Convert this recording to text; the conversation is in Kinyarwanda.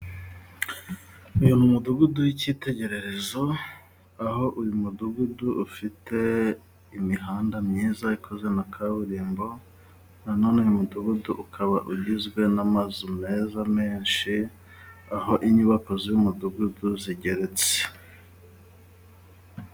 Uyu ni mudugudu w'icyitegererezo, aho uyu mudugudu ufite imihanda myiza ikozwe na kaburimbo nanone uyu mudugudu ukaba ugizwe n'amazu meza menshi, aho inyubako z'uyu mudugudu zigeretse.